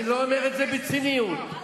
אל תטיל דופי.